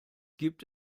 gibt